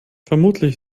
vermutlich